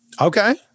Okay